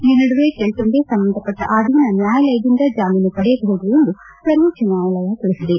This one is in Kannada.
ಈ ನಡುವೆ ಟೆಲ್ಲುಂಬೆ ಸಂಬಂಧಪಟ್ಟ ಅಧೀನ ನ್ಲಾಯಾಲಯದಿಂದ ಜಾಮೀನು ಪಡೆಯಬಹುದು ಎಂದು ಸವೋಚ್ಗ ನ್ಯಾಯಾಲಯ ತಿಳಿಸಿದೆ